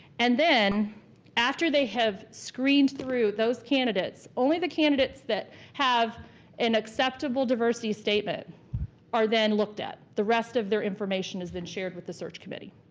and then after they have screened through those candidates, only the candidates that have an acceptable diversity statement are then looked at. the rest of their information is then shared with the search committee.